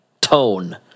tone